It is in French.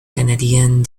canadienne